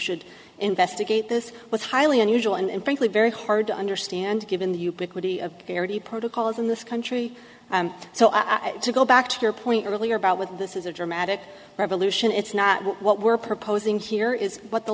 should investigate this was highly unusual and frankly very hard to understand given the ubiquity of parity protocols in this country so i to go back to your point earlier about with this is a dramatic revolution it's not what we're proposing here is what the